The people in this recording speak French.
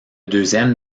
deuxième